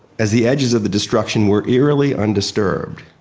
as the edges of the destruction were eerily undisturbed.